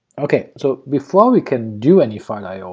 okay, so before we can do any file i o,